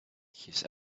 his